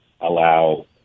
allow